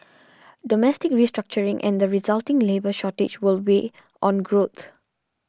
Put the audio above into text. domestic restructuring and the resulting labour shortage will weigh on growth